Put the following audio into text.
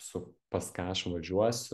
su pas ką aš važiuosiu